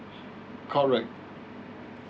correct